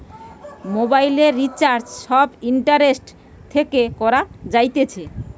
মোবাইলের রিচার্জ সব ইন্টারনেট থেকে করা যাইতেছে